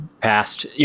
past